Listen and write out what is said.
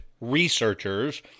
researchers